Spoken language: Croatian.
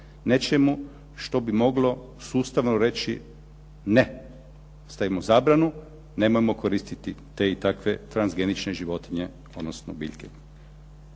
nečemu što bi moglo sustavno reći ne, stavimo zabranu, nemojmo koristiti te i takve transgenične životinje, odnosno biljke.